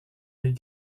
les